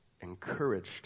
encouraged